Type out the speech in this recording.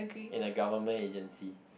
in a government agency